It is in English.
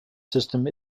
system